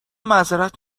معذرت